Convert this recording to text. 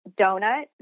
donut